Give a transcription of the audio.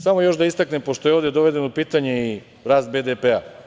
Samo još da istaknem pošto je ovde dovedeno u pitanje i rast BDP.